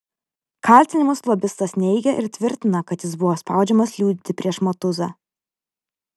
kaltinimus lobistas neigia ir tvirtina kad jis buvo spaudžiamas liudyti prieš matuzą